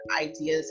ideas